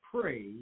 pray